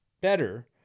better